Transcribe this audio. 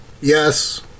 Yes